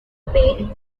paid